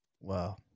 Wow